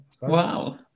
wow